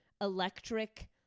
electric